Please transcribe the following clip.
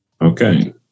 Okay